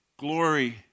Glory